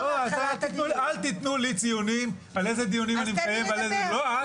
אל תתנו לי ציונים על איזה דיונים אני מקיים ועל איזה לא,